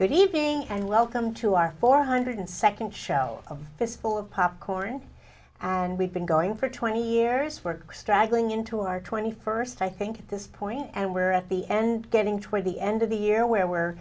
good evening and welcome to our four hundred second shell of a fistful of popcorn and we've been going for twenty years for straggling into our twenty first i think at this point and we're at the end getting toward the end of the year where we're